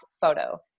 Photo